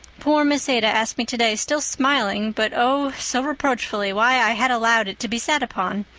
poor miss ada asked me today, still smiling, but oh, so reproachfully, why i had allowed it to be sat upon.